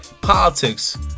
Politics